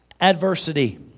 adversity